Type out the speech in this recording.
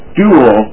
dual